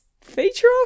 feature